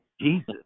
Jesus